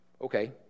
Okay